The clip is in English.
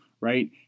right